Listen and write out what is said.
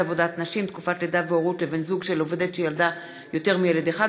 עבודת נשים (תקופת לידה והורות לבן זוג של עובדת שילדה יותר מילד אחד),